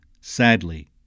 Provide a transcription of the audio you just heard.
sadly